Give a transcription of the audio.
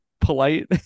polite